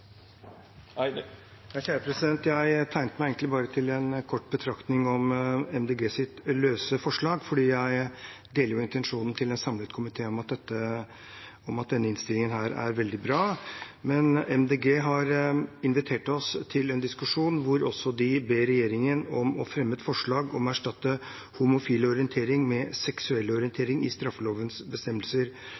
Jeg tegnet meg egentlig bare til en kort betraktning om Miljøpartiet De Grønnes løse forslag. Jeg deler intensjonen til en samlet komité om at denne innstillingen er veldig bra, men Miljøpartiet De Grønne har invitert oss til en diskusjon hvor de ber regjeringen om å fremme et forslag om å erstatte «homofile orientering» med «seksuell orientering» i straffelovens bestemmelser,